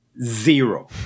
Zero